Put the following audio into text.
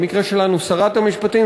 במקרה שלנו שרת המשפטים,